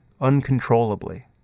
uncontrollably